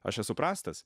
aš esu prastas